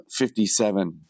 57